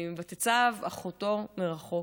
"ותֵתַצַב אחֹתו מרחֹק".